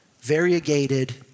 variegated